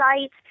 sites